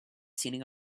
sitting